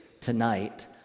tonight